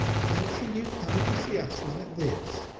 fancy! you coming to see us like this!